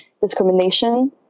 discrimination